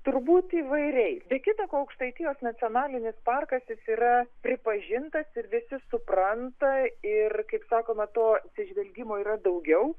turbūt įvairiai be kita ko aukštaitijos nacionalinis parkas jis yra pripažintas ir visi supranta ir kaip sakoma to atsižvelgimo yra daugiau